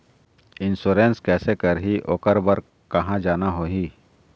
Insurance कैसे करही, ओकर बर कहा जाना होही?